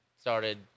started